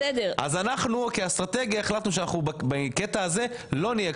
אז אנחנו כאסטרטגיה החלטנו שאנחנו בקטע הזה לא נהיה